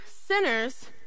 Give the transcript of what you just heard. sinners